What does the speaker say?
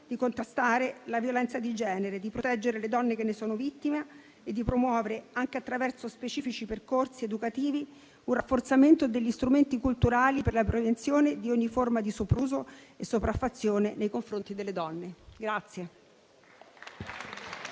di contrastare la violenza di genere, di proteggere le donne che ne sono vittime e di promuovere, anche attraverso specifici percorsi educativi, un rafforzamento degli strumenti culturali per la prevenzione di ogni forma di sopruso e sopraffazione nei confronti delle donne.